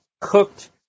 cooked